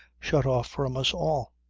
shut off from us all.